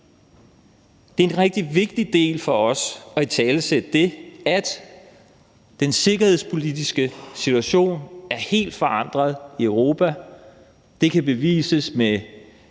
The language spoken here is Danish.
Det er rigtig vigtigt for os at italesætte, at den sikkerhedspolitiske situation er helt forandret i Europa, og det kan bevises med